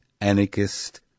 anarchist